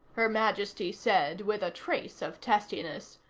her majesty said with a trace of testiness.